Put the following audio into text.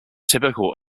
typical